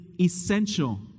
essential